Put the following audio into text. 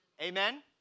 Amen